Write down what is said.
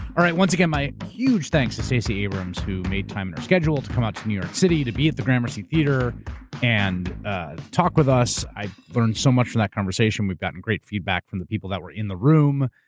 all right. once again, my huge thanks to stacey abrams who made time her schedule to come out to new york city to be at the gramercy theater and talk with us. i learned so much from that conversation. we've gotten great feedback from the people that were in the room.